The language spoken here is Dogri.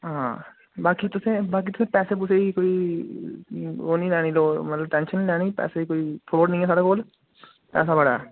बाकी तुसें बाकी तुसें पैसे पूसे दी कोई ओह् नी लैनी मतलब टैंशन नी लैनी पैसें दी कोई थोड़ नी ऐ साढ़े कोल पैसा बड़ा ऐ